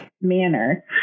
manner